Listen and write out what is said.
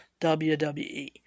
WWE